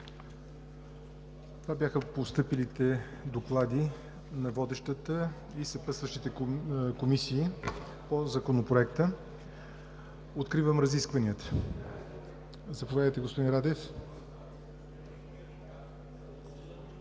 Това бяха постъпилите доклади на водещата и съпътстващите комисии по Законопроекта. Откривам разискванията. Заповядайте, господин Радев.